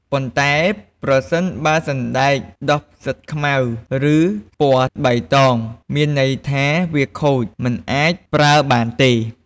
ប៉ុន្តែ ប្រសិនបើសណ្ដែកដុះផ្សិតខ្មៅ ឬពណ៌បៃតង មានន័យថាវាខូច មិនអាចប្រើបានទេ។